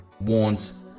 warns